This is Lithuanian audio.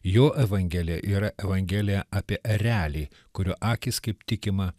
jo evangelija yra evangelija apie erelį kurio akys kaip tikima